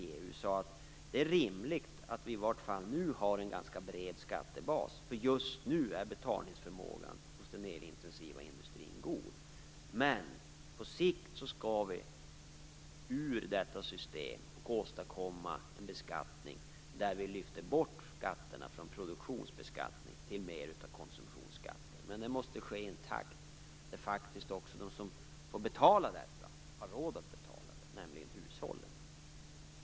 Då har vi sagt att det är rimligt att vi, i varje fall nu, har en ganska bred skattebas, för just nu är betalningsförmågan hos den elintensiva industrin god. Men på sikt skall vi ur detta system, och åstadkomma en beskattning där vi lyfter bort skatterna från produktionsbeskattning till mer av konsumtionsskatt. Men det måste ske i en takt där de som skall betala detta, nämligen hushållen, faktiskt också har råd att göra det.